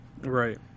Right